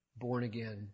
born-again